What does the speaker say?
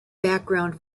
background